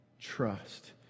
trust